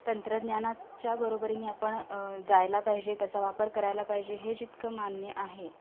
तंत्रज्ञानाच्या बरोबरीने आपण जायला पाहिजे त्याचा वापर करायला पाहिजे हे जितकं मान्य आहे